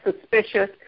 suspicious